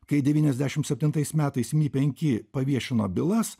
kai devyniasdešimt septintais metais penki paviešino bylas